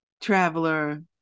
traveler